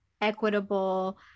equitable